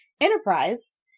Enterprise